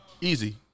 easy